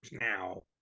now